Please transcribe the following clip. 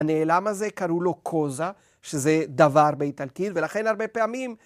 הנעלם הזה קראו לו קוזה, שזה דבר באיטלקית, ולכן הרבה פעמים...